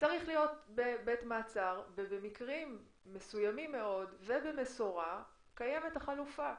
צריך להיות בבית מעצר ובמקרים מסוימים מאוד ובמשורה קיימת החלופה.